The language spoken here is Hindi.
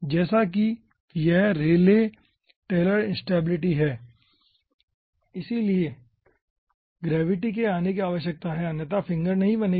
जैसा कि यह रेले टेलर इंस्टैबिलिटी है इसलिए ग्रेविटी के आने की आवश्यकता है अन्यथा फिंगर नहीं बनेगी